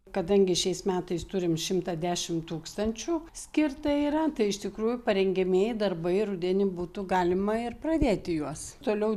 kadangi šiais metais turim šimtą dešim tūkstančių skirta yra tai iš tikrųjų parengiamieji darbai rudenį būtų galima ir pradėti juos toliau